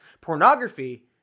pornography